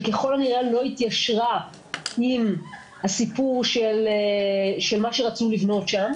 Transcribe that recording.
ככל הנראה לא התיישרה עם הסיפור של מה שרצו לבנות שם.